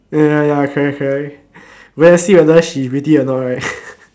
ya ya ya correct correct better see whether she pretty or not right